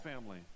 family